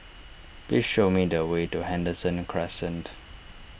please show me the way to Henderson Crescent